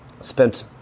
spent